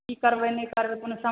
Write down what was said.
की करबै नहि करबै कोनो